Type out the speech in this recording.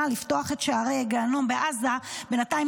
לפתוח את שערי הגיהינום בעזה בינתיים,